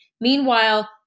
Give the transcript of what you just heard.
Meanwhile